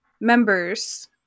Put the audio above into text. members